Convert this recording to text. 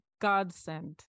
godsend